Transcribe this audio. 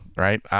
Right